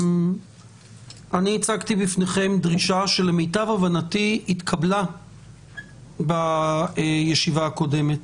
אני הצגתי בפניכם דרישה שלמיטב הבנתי התקבלה בישיבה הקודמת,